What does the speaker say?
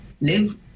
live